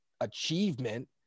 achievement